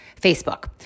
Facebook